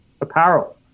apparel